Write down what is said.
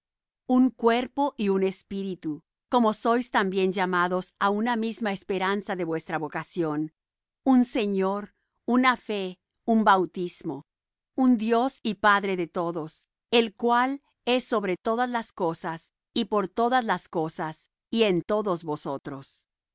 un cuerpo y un espíritu como sois también llamados á una misma esperanza de vuestra vocación un señor una fe un bautismo un dios y padre de todos el cual es sobre todas las cosas y por todas las cosas y en todos vosotros